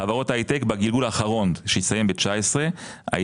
חברות הייטק בגלגול האחרון שהסתיים ב-2019 היה